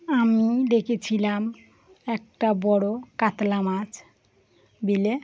আমি ডেকেছিলাম একটা বড়ো কাতলা মাছ বিলে